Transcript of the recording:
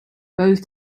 both